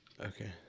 Okay